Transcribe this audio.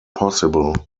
possible